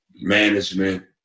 management